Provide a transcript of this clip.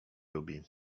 lubi